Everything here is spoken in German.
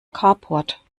carport